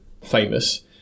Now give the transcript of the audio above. famous